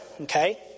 okay